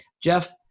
Jeff